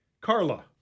Carla